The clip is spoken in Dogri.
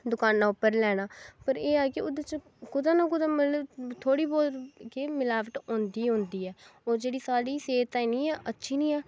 दुकाना उप्पर लैना पर एह् ऐ कि ओह्दे च कुतै ना कुतै मतलब थोह्ड़ी बहोत मिलावट केह् होंदी ई होंदी ऐ होर जेह्ड़ी साढ़ी सेह्त ताहीं अच्छी निं ऐ